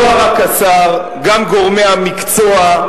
לא רק השר, גם גורמי המקצוע,